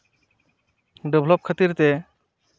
develop ᱠᱷᱟᱹᱛᱤᱨ ᱛᱮ